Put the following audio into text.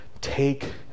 take